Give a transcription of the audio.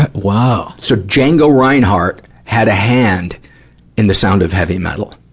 ah wow! so, django reinhardt had a hand in the sound of heavy metal.